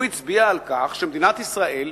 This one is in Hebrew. הוא הצביע על כך שבמדינת ישראל,